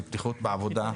לבטיחות בעבודה?